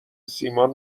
سیمان